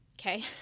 Okay